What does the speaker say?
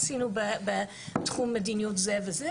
עשינו בתחום המדיניות הזה והזה,